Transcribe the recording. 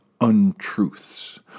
untruths